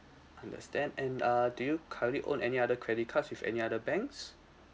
understand and err do you currently own any other credit cards with any other banks